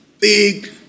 big